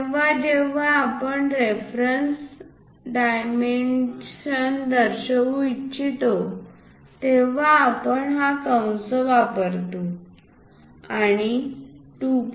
जेव्हा जेव्हा आपण रेफरन्स डायमेन्शन्स दर्शवू इच्छितो तेव्हा आपण हा कंस वापरतो आणि 2